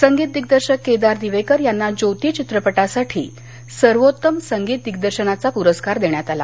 संगीत दिग्दर्शक केदार दिवेकर यांना ज्योति चित्रपटासाठी सर्वोत्तम संगीत दिग्दर्शनाचा पुरस्कार देण्यात आला